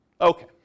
Okay